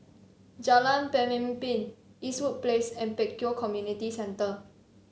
Jalan Pemimpin Eastwood Place and Pek Kio Community Centre